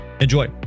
Enjoy